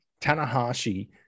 Tanahashi